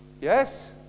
Yes